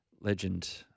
legend